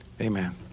Amen